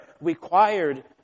required